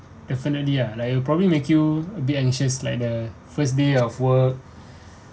definitely ah like it probably make you a bit anxious like the first day of work